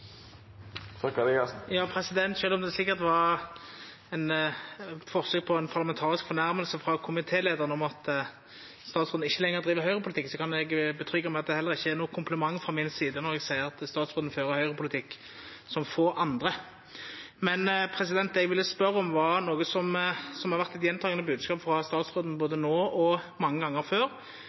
om det sikkert var eit forsøk på ei parlamentarisk fornærming frå komitéleiaren at statsråden ikkje lenger driv Høgre-politikk, kan eg forsikra at det heller ikkje er noko kompliment frå mi side når eg seier at statsråden fører Høgre-politikk, som få andre. Men det eg ville spørja om, var noko som har vore ein gjentakande bodskap frå statsråden både no og mange gonger før,